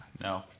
No